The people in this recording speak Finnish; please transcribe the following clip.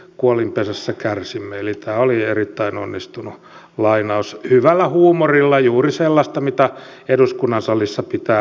eli tämä oli erittäin onnistunut lainaus hyvällä huumorilla juuri sellaista mitä eduskunnan salissa pitää ollakin